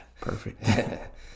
Perfect